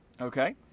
Okay